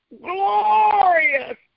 glorious